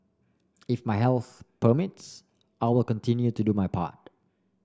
if my health permits I will continue to do my part